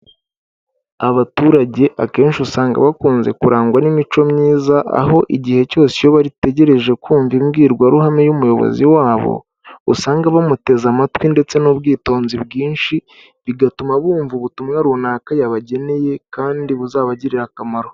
Abaturage akenshi usanga bakunze kurangwa n'imico myiza aho igihe cyose iyo bategereje kumva imbwirwaruhame y'umuyobozi wabo, usanga bamuteze amatwi ndetse n'ubwitonzi bwinshi, bigatuma bumva ubutumwa runaka yabageneye kandi buzabagirira akamaro.